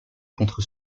contre